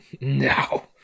No